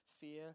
fear